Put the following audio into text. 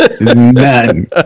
None